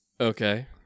Okay